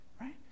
right